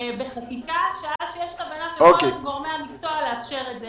בחקיקה שעה יש כוונה של כל גורמי מקצוע לאפשר את זה.